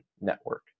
network